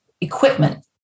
equipment